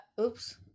Oops